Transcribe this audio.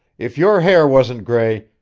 if your hair wasn't gray,